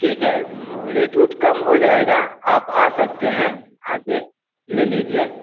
ठीक है रेट उट कम हो जाएगा आप आ सकते हैं आकर ले लीजिए